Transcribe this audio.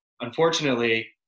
Unfortunately